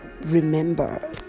remember